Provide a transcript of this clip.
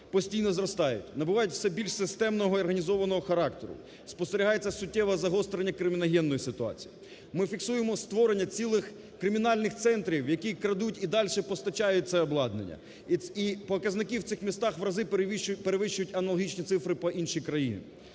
постійно зростають, набувають все більш системного і організованого характеру, спостерігається суттєве загострення криміногенної ситуації. Ми фіксуємо створення цілих кримінальних центрів, які крадуть і дальше постачають це обладнання. І показники в цих містах в рази перевищують аналогічні цифри по інших містах.